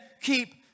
keep